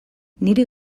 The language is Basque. niri